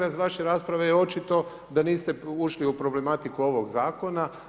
Iz vaše rasprave je očito da niste ušli u problematiku ovog Zakona.